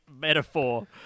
metaphor